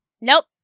Nope